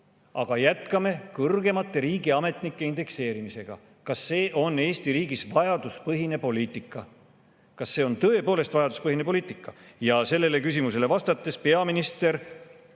aga jätkame kõrgemate riigiametnike [palkade] indekseerimisega? Kas see on Eesti riigis vajaduspõhine poliitika? Kas see on tõepoolest vajaduspõhine poliitika? Ja sellele küsimusele vastamisest peaminister